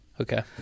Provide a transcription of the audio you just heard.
Okay